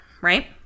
right